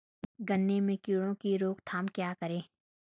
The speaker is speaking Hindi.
गन्ने में कीड़ों की रोक थाम के लिये क्या करें?